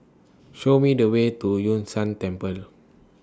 Show Me The Way to Yun Shan Temple